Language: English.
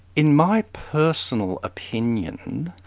in my personal opinion,